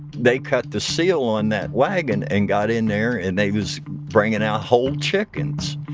they cut the seal on that wagon and got in there and they was bringing out whole chickens.